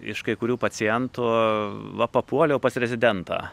iš kai kurių pacientų va papuoliau pas rezidentą